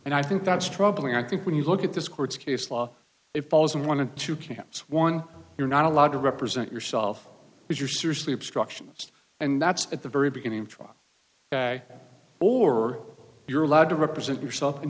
and i think that's troubling i think when you look at this court's case law it falls in one of two camps one you're not allowed to represent yourself if you're seriously obstructionist and that's at the very beginning truck or you're allowed to represent yourself and